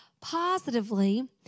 positively